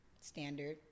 standard